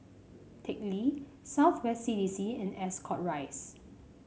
Teck Lee South West C D C and Ascot Rise